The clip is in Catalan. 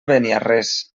beniarrés